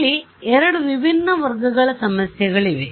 ಇಲ್ಲಿ ಎರಡು ವಿಭಿನ್ನ ವರ್ಗಗಳ ಸಮಸ್ಯೆಗಳಿವೆ